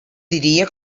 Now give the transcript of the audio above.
diria